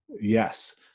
yes